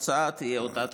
התוצאה תהיה אותה תוצאה.